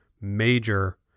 major